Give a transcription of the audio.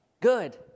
Good